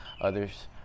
Others